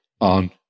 on